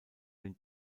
den